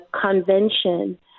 convention